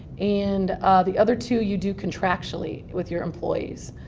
and the other two you do contractually with your employees.